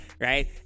right